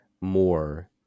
more